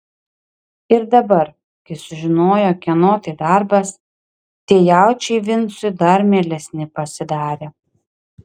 ir dabar kai sužinojo kieno tai darbas tie jaučiai vincui dar mielesni pasidarė